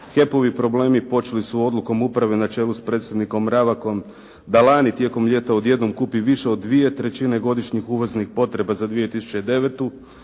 HEP-ovi problemi počeli su odlukom uprave na čelu s predsjednikom Mravakom da lani tijekom ljeta odjednom kupi više od dvije trećine godišnjih uvoznih potreba za 2009.